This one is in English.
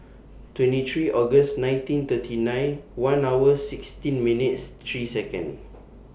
twenty three August nineteen thirty nine one hours sixteen minutes three Seconds